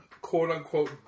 quote-unquote